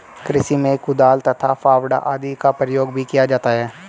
कृषि में कुदाल तथा फावड़ा आदि का प्रयोग भी किया जाता है